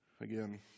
again